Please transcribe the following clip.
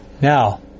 now